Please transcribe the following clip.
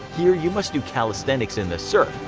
here you must do calisthenics in the surf,